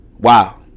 wow